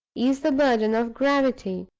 is the burden of gravity.